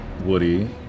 Woody